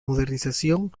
modernización